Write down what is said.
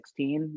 2016